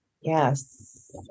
Yes